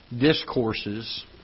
discourses